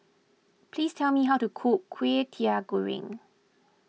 please tell me how to cook Kwetiau Goreng